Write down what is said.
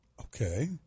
Okay